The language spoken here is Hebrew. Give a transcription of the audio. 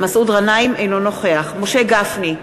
אינו נוכח משה גפני,